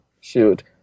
shoot